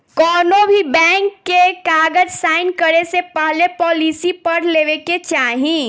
कौनोभी बैंक के कागज़ साइन करे से पहले पॉलिसी पढ़ लेवे के चाही